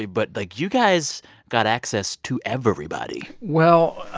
but, like, you guys got access to everybody well,